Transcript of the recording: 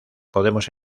podemos